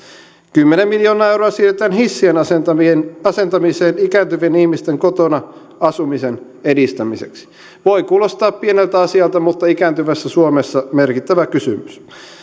kymmenen miljoonaa euroa siirretään hissien asentamiseen asentamiseen ikääntyvien ihmisten kotona asumisen edistämiseksi voi kuulostaa pieneltä asialta mutta ikääntyvässä suomessa se on merkittävä kysymys